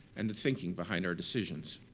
and the thinking behind our decisions.